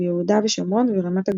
ביהודה ושומרון וברמת הגולן.